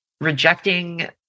rejecting